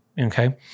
Okay